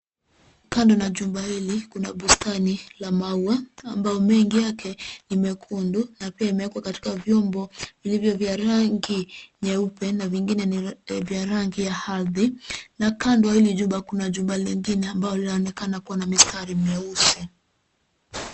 Kando na jumba hili kuna bustani la maua ambao mengi yake ni mekundu na pia imeekwa katika vyombo vilivyo vya rangi nyeupe na vingine ni vya rangi ya ardhi. Na kando ya hili jumba kuna jumba lingine ambao laonekana kuwa na mistari mieusi.